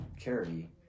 charity